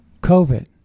COVID